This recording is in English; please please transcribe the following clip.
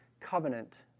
covenant